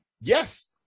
Yes